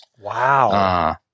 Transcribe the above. Wow